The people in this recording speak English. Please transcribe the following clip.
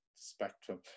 Spectrum